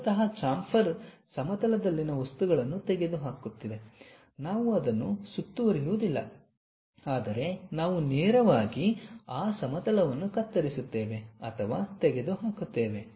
ಮೂಲತಃ ಚಾಂಫರ್ ಸಮತಲದಲ್ಲಿನ ವಸ್ತುಗಳನ್ನು ತೆಗೆದುಹಾಕುತ್ತಿದೆ ನಾವು ಅದನ್ನು ಸುತ್ತುವರಿಯುವುದಿಲ್ಲ ಆದರೆ ನಾವು ನೇರವಾಗಿ ಆ ಸಮತಲವನ್ನು ಕತ್ತರಿಸುತ್ತೇವೆ ಅಥವಾ ತೆಗೆದುಹಾಕುತ್ತೇವೆ